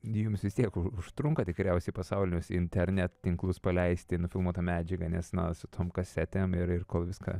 jums vis tiek užtrunka tikriausiai pasaulinius internet tinklus paleisti nufilmuotą medžiagą nes na su tom kasetėm ir ir kol viską